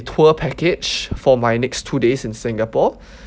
tour package for my next two days in singapore